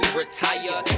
retire